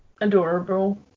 adorable